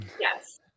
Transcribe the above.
Yes